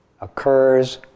occurs